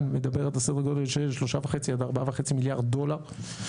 מדברת על סדר גודל של 3.5 עד 4.5 מיליארד דולר.